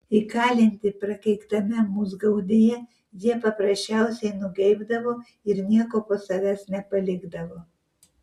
įkalinti prakeiktame musgaudyje jie paprasčiausiai nugeibdavo ir nieko po savęs nepalikdavo